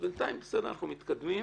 בינתיים אנחנו מתקדמים.